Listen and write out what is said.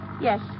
Yes